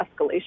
escalation